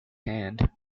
hand